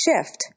shift